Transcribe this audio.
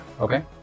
Okay